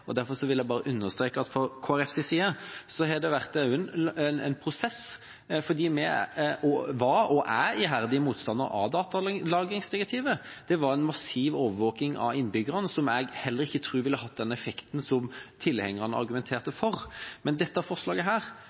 dag. Derfor vil jeg bare understreke at fra Kristelig Folkepartis side har det vært en prosess, fordi vi var og er iherdige motstandere av datalagringsdirektivet. Det innebar en massiv overvåking av innbyggerne som jeg ikke tror ville hatt den effekten som tilhengerne argumenterte for. Men da dette forslaget